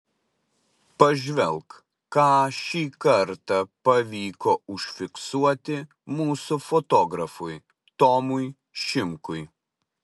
pažvelk ką šį kartą pavyko užfiksuoti mūsų fotografui tomui šimkui